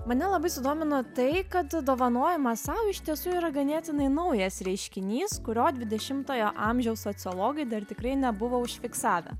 mane labai sudomino tai kad dovanojimas sau iš tiesų yra ganėtinai naujas reiškinys kurio dvidešimtojo amžiaus sociologai dar tikrai nebuvo užfiksavę